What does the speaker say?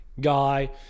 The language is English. guy